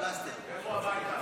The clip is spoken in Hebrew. לכו הביתה.